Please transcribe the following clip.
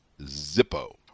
Zippo